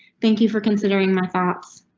thank you for considering my thoughts.